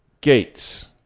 gates